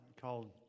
called